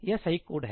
यह सही कोड है